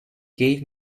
gave